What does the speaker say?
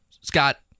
Scott